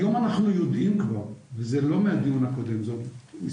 היום אנחנו יודעים כבר וזה לא מהדיון הקודם שניהלה הוועדה בנושא,